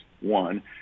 one